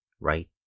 right